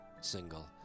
single